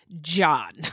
John